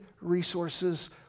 resources